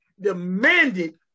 demanded